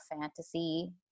fantasy